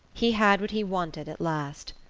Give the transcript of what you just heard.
he had what he wanted at last.